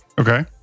Okay